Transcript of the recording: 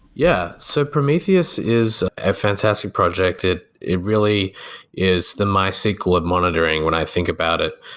yeah. so prometheus is a fantastic project. it it really is the mysql of monitoring when i think about it,